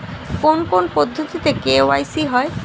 কোন কোন পদ্ধতিতে কে.ওয়াই.সি হয়?